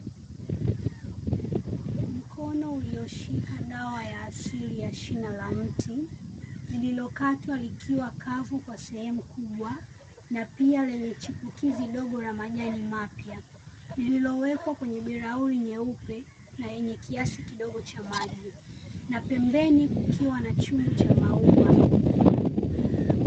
Mkono ulioshika dawa ya asili ya shina la mti, lililokatwa likiwa kavu kwa sehemu kubwa na pia lenye chipukizi dogo la majani mapya, lililowekwa kwenye bilauri nyeupe na yenye kiasi kidogo cha maji, na pembeni kukiwa na chungu cha maua.